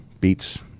beats